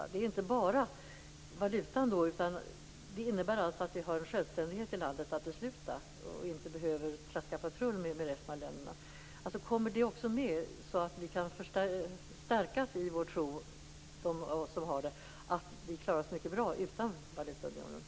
Då är det inte bara valutan det handlar om. Det innebär att vi har en självständighet i landet när det gäller att besluta och inte behöver traska patrull med de andra länderna. Kommer det också med så att vi kan stärkas i vår tro - de av oss som har den - att vi klarar oss mycket bra utan valutaunionen?